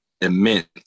immense